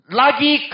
lagi